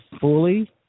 fully